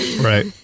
right